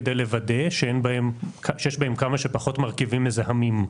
כדי לוודא שיש בהם כמה שפחות מרכיבים מזהמים.